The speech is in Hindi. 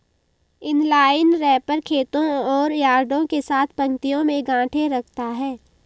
इनलाइन रैपर खेतों और यार्डों के साथ पंक्तियों में गांठें रखता है